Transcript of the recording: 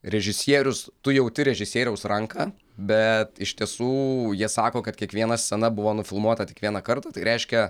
režisierius tu jauti režisieriaus ranką bet iš tiesų jie sako kad kiekviena scena buvo nufilmuota tik vieną kartą tai reiškia